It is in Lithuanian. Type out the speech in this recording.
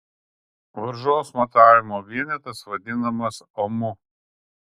varžos matavimo vienetas vadinamas omu